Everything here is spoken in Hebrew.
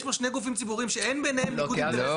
ולכן, ברור שאין ערר על זה.